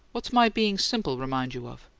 what's my being simple remind you of?